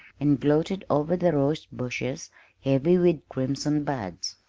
and gloated over the rosebushes heavy with crimson buds.